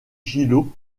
gillot